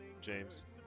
James